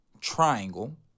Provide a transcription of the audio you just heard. triangle